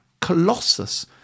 colossus